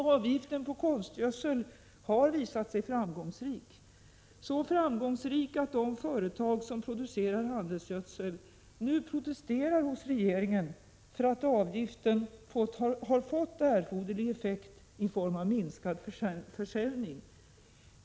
Avgiften på konstgödsel har visat sig framgångsrik, så framgångsrik att de företag som producerar handelsgödsel nu protesterar hos regeringen för att avgiften har fått erforderlig effekt i form av minskad försäljning.